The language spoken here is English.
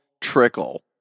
trickle